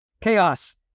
Chaos